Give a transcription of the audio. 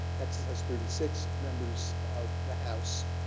texas has thirty six members of the house.